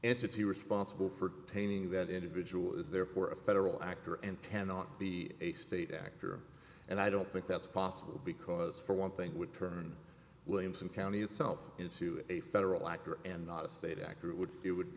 entity responsible for painting that individual is therefore a federal actor and ten not be a state actor and i don't think that's possible because for one thing would turn williamson county itself into a federal actor and not a state actor would it would